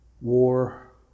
War